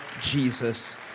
Jesus